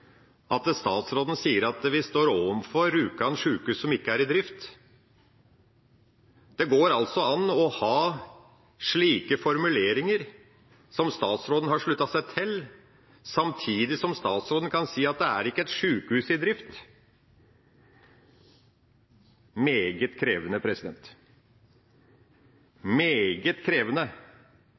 at statsråden sier vi står overfor Rjukan sykehus som ikke er i drift. Det går altså an å ha slike formuleringer, som statsråden har sluttet seg til, samtidig som statsråden kan si at det ikke er et sykehus i drift. Det er meget krevende – meget krevende.